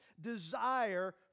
desire